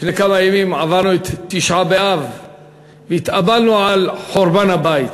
לפני כמה ימים עברנו את תשעה באב והתאבלנו על חורבן הבית.